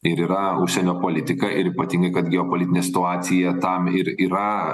ir yra užsienio politika ir ypatingai kad geopolitinė situacija tam ir yra